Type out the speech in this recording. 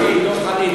דב חנין,